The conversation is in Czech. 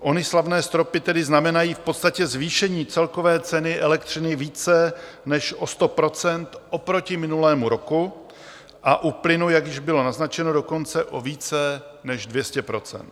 Ony slavné stropy tedy znamenají v podstatě zvýšení celkové ceny elektřiny více než o 100 % oproti minulému roku a u plynu, jak již bylo naznačeno, dokonce o více než 200 %.